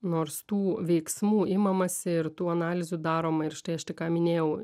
nors tų veiksmų imamasi ir tų analizių daroma ir štai aš tik ką minėjau